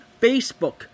Facebook